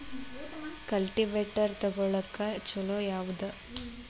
Cultivator ತೊಗೊಳಕ್ಕ ಛಲೋ ಯಾವದ?